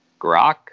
Grok